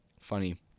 funny